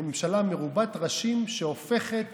ממשלה מרובת ראשים שהופכת